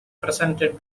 presented